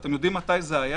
זה היה